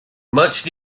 much